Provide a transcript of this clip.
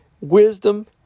Wisdom